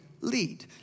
lead